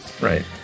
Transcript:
right